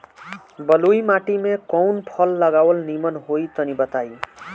बलुई माटी में कउन फल लगावल निमन होई तनि बताई?